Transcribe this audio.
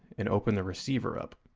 and open the receiver up.